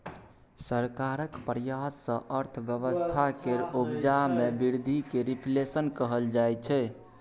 सरकारक प्रयास सँ अर्थव्यवस्था केर उपजा मे बृद्धि केँ रिफ्लेशन कहल जाइ छै